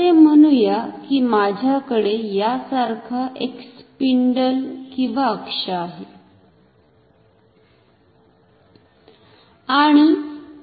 असे म्हणूया की माझ्याकडे यासारखा एक स्पिंडल किंवा अक्ष आहे